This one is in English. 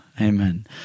Amen